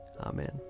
Amen